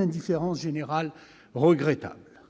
indifférence générale regrettable.